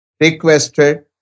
requested